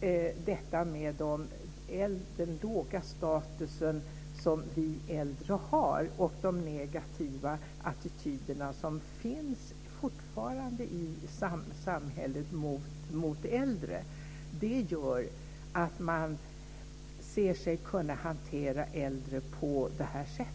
- den låga status som vi äldre har och de negativa attityder som fortfarande finns i samhället mot äldre. Det gör att man ser sig kunna hantera äldre på detta sätt.